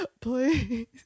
please